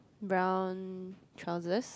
brown trousers